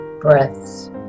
breaths